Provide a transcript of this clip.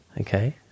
okay